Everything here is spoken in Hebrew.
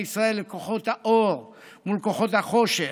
ישראל לכוחות האור מול כוחות החושך,